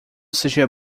seja